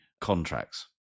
contracts